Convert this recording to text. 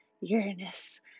Uranus